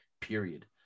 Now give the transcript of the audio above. period